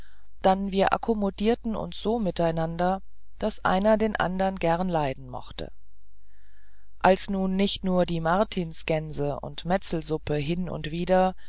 dann wir akkommodierten uns so miteinander daß einer den andern gern leiden mochte als nun nicht nur die martinsgäns und metzelsuppen hin und wieder